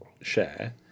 share